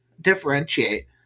differentiate